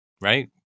right